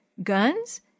Guns